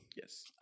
Yes